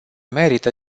merită